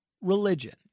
religion